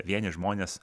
vieni žmonės